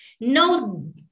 no